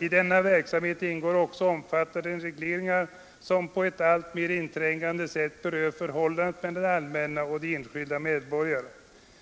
I denna verksamhet ingår omfattande regleringar som på ett alltmer inträngande sätt berör förhållandet mellan det allmänna och de enskilda medborgarna.